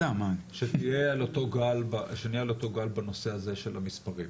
שנהיה על אותו גל בנושא הזה של המספרים.